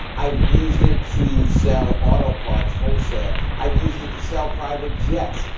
i've used it to sell auto parts wholesale. i've used it to sell private jets.